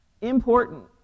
important